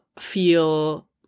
feel